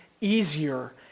easier